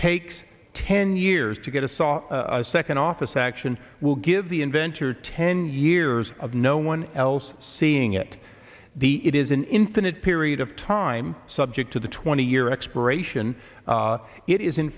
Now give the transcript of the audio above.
takes ten years to get a saw a second office action will give the inventor ten years of no one else seeing it the it is an infinite period of time subject to the twenty year expiration it is in